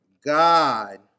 God